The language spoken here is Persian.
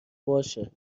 باشه